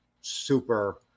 super